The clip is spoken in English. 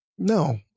No